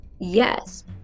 yes